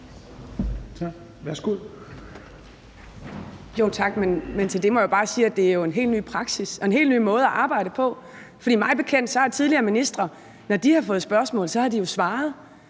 Mai Mercado (KF): Tak. Til det må jeg bare sige, at det jo er en helt ny praksis og en helt ny måde at arbejde på. For mig bekendt har tidligere ministre svaret, når de har fået spørgsmål, og derfor virker